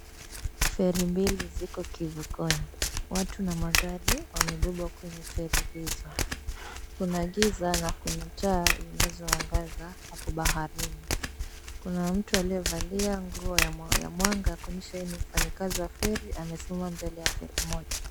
Feri mbili ziko kivukoni. Watu na magari wamebebwa kwenye feri hizo. Kuna giza na kuna taa zinazoangaza hapo baharini. Kuna mtu aliyevalia nguo ya mwanga kuonyesha yeye ni mfanyikazi wa feri. Amesimama mbele ya feri moja.